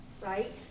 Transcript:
Right